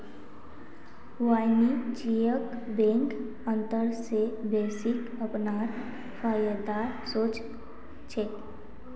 वाणिज्यिक बैंक जनता स बेसि अपनार फायदार सोच छेक